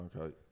Okay